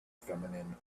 feminine